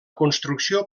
construcció